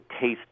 taste